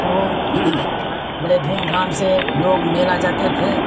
तो बड़े धूमधाम से लोग मेला जाते थे